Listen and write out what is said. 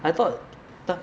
I thought